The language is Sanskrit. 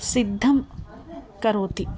सिद्धं करोति